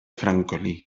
francolí